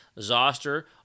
zoster